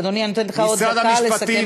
אדוני, אני נותנת לך עוד דקה לסכם.